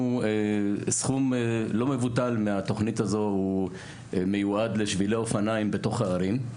סכום לא מבוטל מהתוכנית הזו הוא מיועד לשבילי אופניים בתוך הערים.